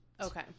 okay